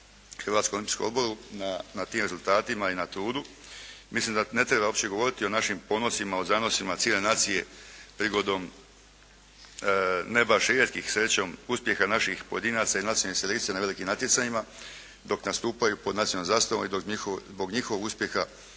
Hrvatskom olimpijskom odboru na tim rezultatima i na trudu. Mislim da ne treba uopće govoriti o našim ponosima, o zanosima cijele nacije prigodom ne baš rijetkih srećom uspjeha naših pojedinaca i nacionalnih saveza na velikim natjecanjima dok nastupaju pod nacionalnom zastavom i zbog njihovog uspjeha